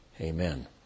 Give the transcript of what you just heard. Amen